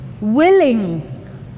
willing